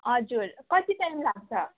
हजुर कति टाइम लाग्छ